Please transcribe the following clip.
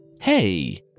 Hey